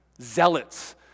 Zealots